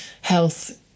health